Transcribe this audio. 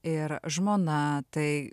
ir žmona tai